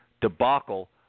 debacle